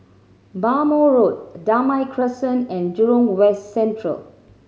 Bhamo Road Damai Crescent and Jurong West Central